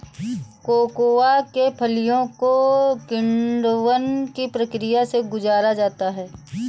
cocoa के फलियों को किण्वन की प्रक्रिया से गुजारा जाता है